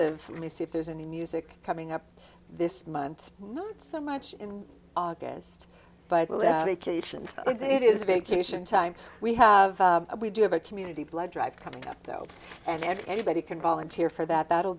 of me see if there's any music coming up this month not so much in august but will that occasion it is vacation time we have we do have a community blood drive coming up though and anybody can volunteer for that that will